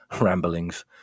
ramblings